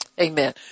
Amen